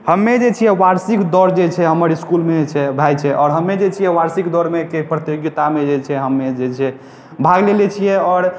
हमे जे छियै वार्षिक दौड़ जे छै हमर इसकुलमे जे छै भए छै आओर हमे जे छियै वार्षिक दौड़मे के प्रतियोगितामे जे छै हमे जे छै भाग लेले छियै आओर